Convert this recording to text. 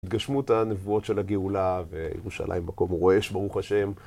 התגשמות הנבואות של הגאולה וירושלים בקום רועש, ברוך השם.